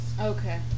Okay